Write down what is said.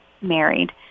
married